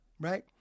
right